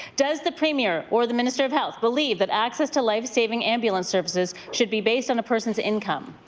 does the premier or the minister of health believe that access to life saving ambulance services should be based on a person's income?